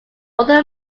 other